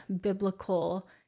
biblical